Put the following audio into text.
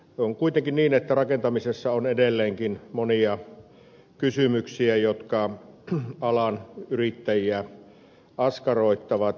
on kuitenkin niin että rakentamisessa on edelleenkin monia kysymyksiä jotka alan yrittäjiä askarruttavat